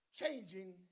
Changing